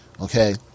Okay